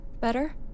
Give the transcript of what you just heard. ...better